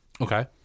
Okay